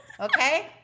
okay